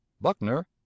Buckner